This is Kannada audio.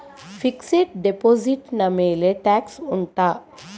ಫಿಕ್ಸೆಡ್ ಡೆಪೋಸಿಟ್ ನ ಮೇಲೆ ಟ್ಯಾಕ್ಸ್ ಉಂಟಾ